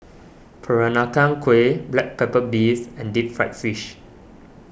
Peranakan Kueh Black Pepper Beef and Deep Fried Fish